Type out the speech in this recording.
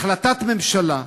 החלטת ממשלה,